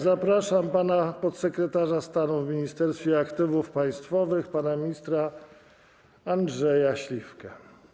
Zapraszam podsekretarza stanu w Ministerstwie Aktywów Państwowych pana ministra Andrzeja Śliwkę.